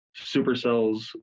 supercells